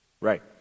Right